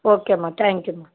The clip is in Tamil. ஓகேம்மா தேங்க் யூம்மா